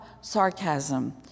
sarcasm